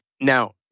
Now